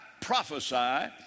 prophesy